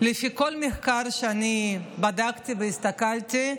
לפי כל מחקר שאני בדקתי והסתכלתי,